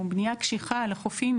או בנייה קשיחה על החופים.